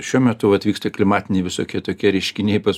šiuo metu vat vyksta klimatiniai visokie tokie reiškiniai pas